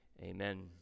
amen